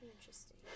Interesting